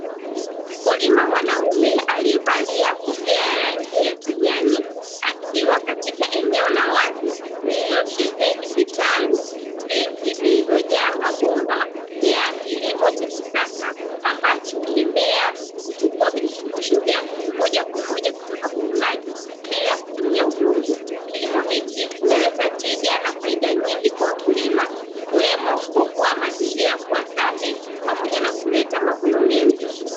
Mkulima mwanaume aliyevalia kofia ya rangi ya kijani akiwa katika eneo la wazi lilosheheni vitalu vingi vilivyojaa mabomba ya kilimo cha kisasa ambacho mimea kuchukua virutubisho vyake moja kwa moja kutoka kwenye maji bila kutumia udongo, kilimo hichi kinaleta tija na faida nyingi kwa wakulima ikiwemo kuokoa mazingira kuwa safi pamoja na kuleta mavuno mengi.